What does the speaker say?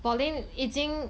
pauline 已经